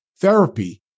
Therapy